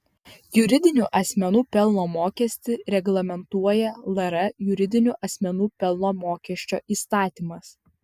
juridinių asmenų pelno mokestį reglamentuoja lr juridinių asmenų pelno mokesčio įstatymas